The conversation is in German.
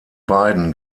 beiden